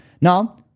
Now